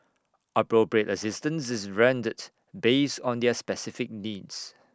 appropriate assistance is rendered based on their specific needs